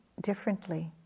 differently